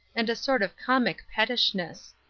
and a sort of comic pettishness.